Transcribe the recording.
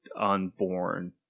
unborn